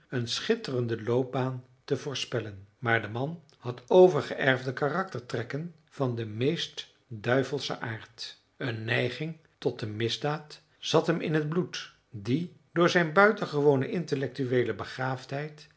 een schitterende loopbaan te voorspellen maar de man had overgeërfde karaktertrekken van den meest duivelschen aard een neiging tot de misdaad zat hem in t bloed die door zijn buitengewone intellectueele begaafdheid